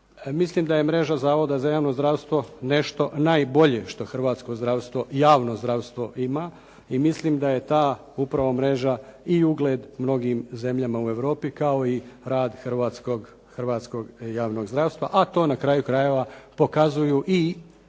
Mislim da je mreža zavoda za javno zdravstvo nešto najbolje što hrvatsko javno zdravstvo ima i mislim da je ta upravo mreža i ugled mnogim zemljama u Europi kao i rad hrvatskog javnog zdravstva, a to na kraju krajeva pokazuju i ishodi,